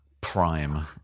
prime